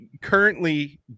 currently